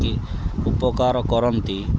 କି ଉପକାର କରନ୍ତି